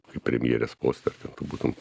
kaip premjerės poste ar ten tu būtum